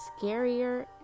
scarier